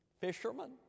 fishermen